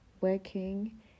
working